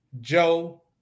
Joe